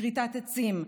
כריתת עצים,